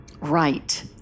Right